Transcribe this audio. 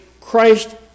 Christ